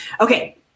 Okay